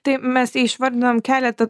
tai mes išvardinom keletą